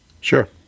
Sure